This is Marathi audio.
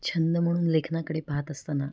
छंद म्हणून लेखनाकडे पाहत असताना